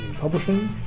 Publishing